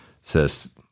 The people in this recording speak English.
Says